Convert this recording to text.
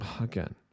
Again